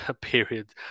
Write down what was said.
period